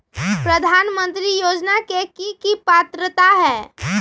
प्रधानमंत्री योजना के की की पात्रता है?